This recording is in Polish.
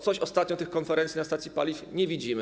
Coś ostatnio tych konferencji na stacji paliw nie widzimy.